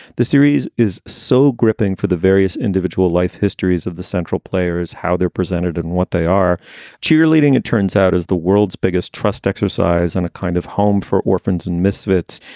the series is so gripping for the various individual life histories of the central players, how they're presented and what they are cheerleading, it turns out, as the world's biggest trust exercise on a kind of home for orphans and misfits.